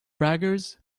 braggers